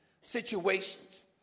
situations